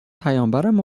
پیامبرمم